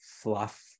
fluff